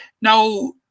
Now